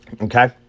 Okay